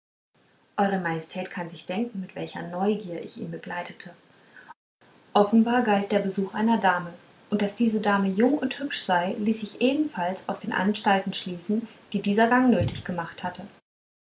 eure majestät kann sich denken mit welcher neugier ich ihn begleitete offenbar galt der besuch einer dame und daß diese dame jung und hübsch sei ließ sich ebenfalls aus den anstalten schließen die dieser gang nötig gemacht hatte